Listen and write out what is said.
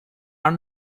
are